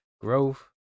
growth